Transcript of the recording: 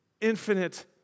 infinite